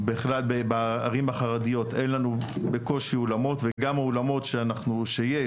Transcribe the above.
בערים החרדיות יש לנו בקושי אולמות וגם האולמות שיש